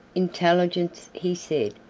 intelligence, he said,